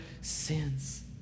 sins